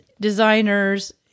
designers